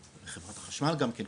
חברת החשמל גם כן,